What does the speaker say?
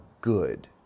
good